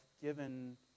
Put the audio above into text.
given